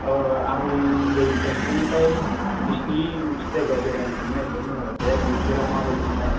ओ आं ओरै बेंटलनिफ्राय नोंसिनि मोनसे जायगायाव बेरायनो थांनो नागिरदोंमोन आरो बे बोथोरा माबायदिथाय